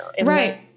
Right